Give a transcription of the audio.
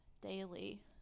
daily